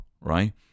right